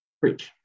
Preach